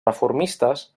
reformistes